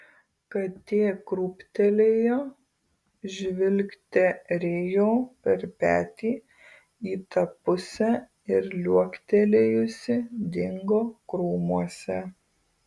katė krūptelėjo žvilgterėjo per petį į tą pusę ir liuoktelėjusi dingo krūmuose